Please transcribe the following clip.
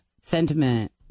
sentiment